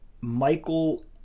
Michael